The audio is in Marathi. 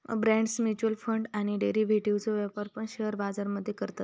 बॉण्ड्स, म्युच्युअल फंड आणि डेरिव्हेटिव्ह्जचो व्यापार पण शेअर बाजार मध्ये करतत